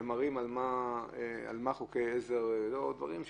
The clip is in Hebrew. ומראים שהם על דברים ארכאיים,